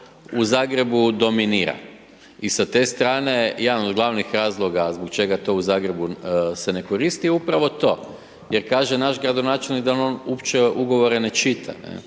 u Zagrebu dominira i sa te strane jedan od glavnih razloga zbog čega to u Zagrebu se ne koristi je upravo to jer kaže naš gradonačelnik da on uopće ugovore ne čita,